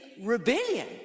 rebellion